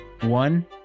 one